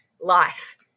life